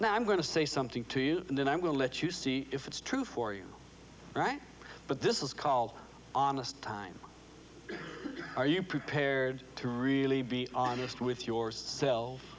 now i'm going to say something to you and then i'm going to let you see if it's true for you right but this is called honest time are you prepared to really be honest with yourself